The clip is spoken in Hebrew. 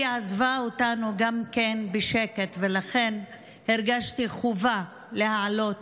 גם אותנו היא עזבה בשקט, לכן הרגשתי חובה להעלות